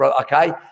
okay